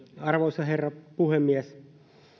arvoisa herra puhemies